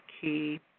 key